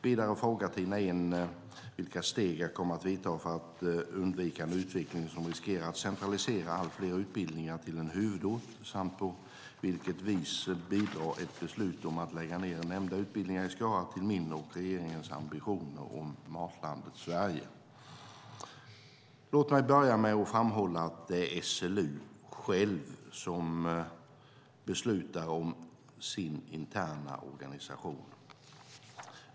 Vidare frågar Tina Ehn vilka steg jag kommer att ta för att undvika en utveckling som riskerar att centralisera allt fler utbildningar till en huvudort samt på vilket vis ett beslut om att lägga ned nämnda utbildningar i Skara bidrar till min och regeringens ambitioner om Matlandet Sverige. Låt mig börja med att framhålla att det är SLU som självt beslutar om sin interna organisation.